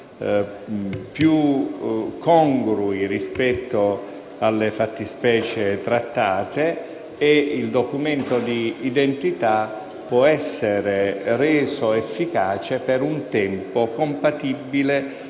più congrui rispetto alle fattispecie trattate e il documento di identità può essere reso efficace per un tempo compatibile